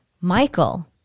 Michael